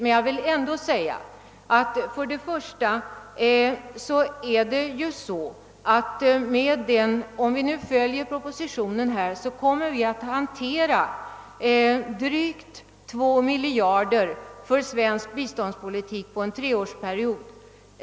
Men jag vill ändå säga att om vi följer propositionen kommer vi att ha att röra oss med drygt 2 miljarder kronor för den svenska biståndshjälpen under en treårsperiod.